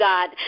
God